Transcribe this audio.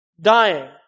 dying